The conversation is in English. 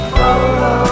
follow